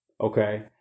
okay